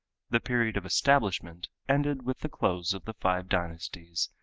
the period of establishment, ended with the close of the five dynasties,